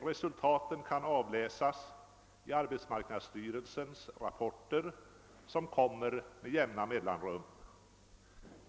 Resultaten kan avläsas i arbetsmarknadsstyrelsens rapporter, som kommer med jämna mellanrum.